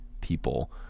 people